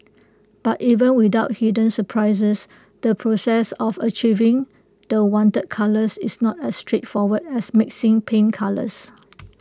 but even without hidden surprises the process of achieving the wanted colours is not as straight forward as mixing paint colours